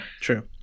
true